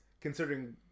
considering